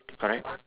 correct